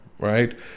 right